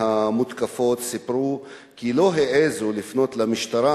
מהמותקפות סיפרו כי לא העזו לפנות למשטרה,